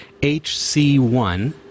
HC1